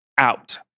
out